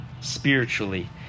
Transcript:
spiritually